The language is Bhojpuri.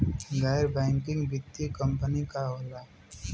गैर बैकिंग वित्तीय कंपनी का होला?